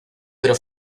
pero